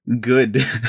good